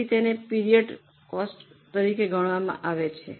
તેથી તેને period cost તરીકે ગણવામાં આવે છે